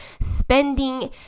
spending